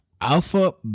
alpha